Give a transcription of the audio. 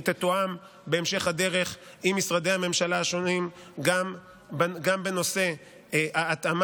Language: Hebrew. היא תתואם בהמשך הדרך עם משרדי הממשלה השונים גם בנושא ההתאמה,